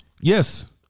Yes